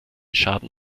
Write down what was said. schaden